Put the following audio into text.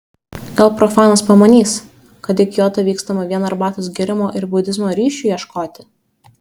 gal profanas pamanys kad į kiotą vykstama vien arbatos gėrimo ir budizmo ryšių ieškoti